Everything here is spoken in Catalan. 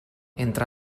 entre